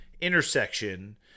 intersection